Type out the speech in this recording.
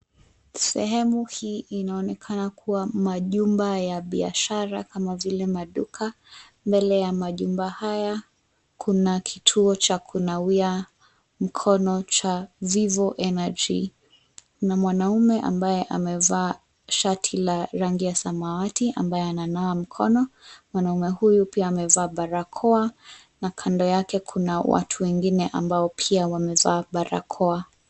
Sehemu hii inaonekana kuwa majumba ya biashara kama vile maduka. Mbele ya majumba haya, kuna kituo cha kunawia mikono cha Vivo Energy. Na mwanaume ambaye amevaa shati la rangi ya samawati; ambaye ananawa mikono. Mwanaume huyu pia amevaa barakoa. Na kando yake kuna watu wengine ambao pia wamevaa barakoa.